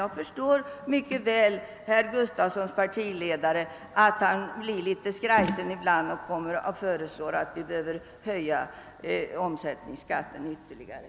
Jag förstår mycket väl att herr Gustavssons partiledare blir litet skrajsen ibland och föreslår en ytterligare höjning av momsen.